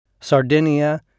Sardinia